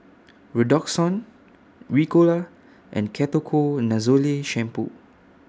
Redoxon Ricola and Ketoconazole Shampoo